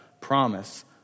promise